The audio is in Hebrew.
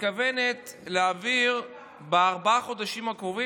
מתכוונת להעביר בארבעת החודשים הקרובים,